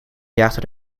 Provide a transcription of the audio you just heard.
jaagden